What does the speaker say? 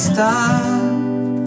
Stop